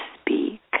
speak